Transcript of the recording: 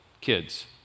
kids